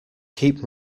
keep